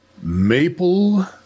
Maple